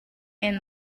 and